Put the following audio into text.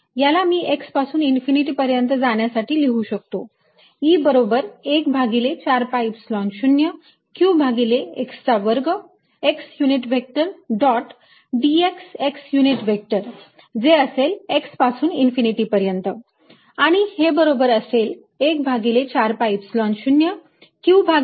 याला मी x पासून इन्फिनिटी पर्यंत जाण्यासाठी लिहू शकतो E बरोबर 1 भागिले 4 pi epsilon 0 q भागिले x चा वर्ग x unit vector dot dx x unit vector जे असेल x पासून इनफिनिटी पर्यंत आणि हे बरोबर असेल 1 भागिले 4 pi epsilon 0 q भागिले x चा वर्ग dx